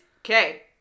Okay